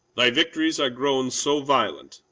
thy victories are grown so violent,